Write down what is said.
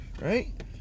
right